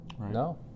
No